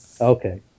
Okay